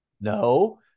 no